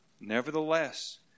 Nevertheless